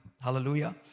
Hallelujah